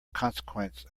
consequence